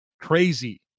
crazy